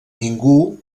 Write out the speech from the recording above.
ningú